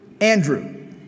Andrew